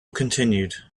continued